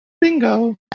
Bingo